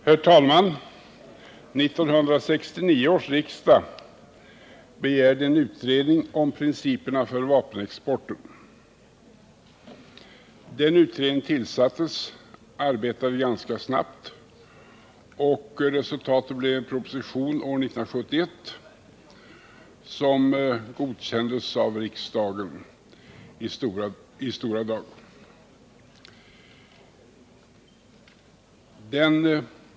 Herr talman! 1969 års riksdag begärde en utredning om principerna för vapenexporten. Den utredningen tillsattes, och den arbetade ganska snabbt. Resultatet blev en proposition år 1971 som i stora drag godkändes av riksdagen.